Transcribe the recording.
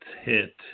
hit